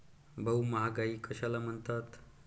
भाऊ, महागाई कशाला म्हणतात?